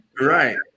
Right